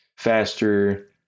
faster